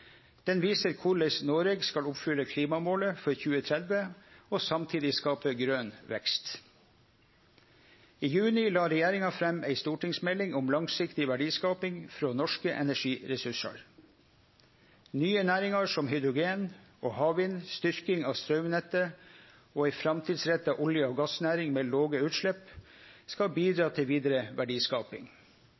og samtidig skape grøn vekst. I juni la regjeringa fram ei stortingsmelding om langsiktig verdiskaping frå norske energiressursar. Nye næringar, som hydrogen og havvind, styrking av straumnettet og ei framtidsretta olje- og gassnæring med låge utslepp skal bidra til vidare verdiskaping.